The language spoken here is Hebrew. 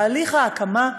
תהליך ההקמה,